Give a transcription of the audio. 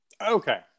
Okay